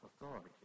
authority